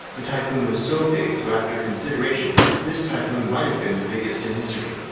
the typhoon was so big, so after consideration this typhoon might have been the biggest in history.